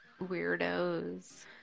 weirdos